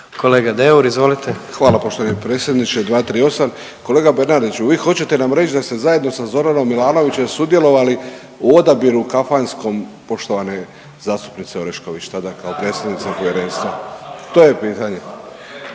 **Deur, Ante (HDZ)** Hvala poštovani predsjedniče. 238. Kolega Bernardiću, vi hoćete nam reći da ste zajedno sa Zoranom Milanovićem sudjelovali u odabiru kafanskom poštovane zastupnice Orešković tada kao predsjednice Povjerenstva? To je pitanje.